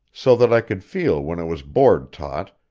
so that i could feel when it was board-taut,